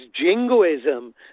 jingoism